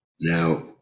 Now